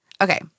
Okay